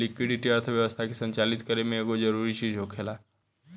liquidity अर्थव्यवस्था के संचालित करे में एगो जरूरी चीज होखेला